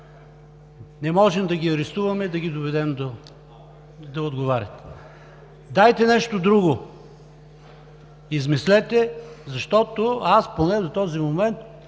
Не можем да ги арестуваме и да ги доведем да отговарят. Дайте нещо друго, измислете, защото аз поне до този момент,